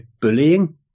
bullying